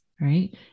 right